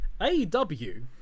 AEW